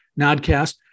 Nodcast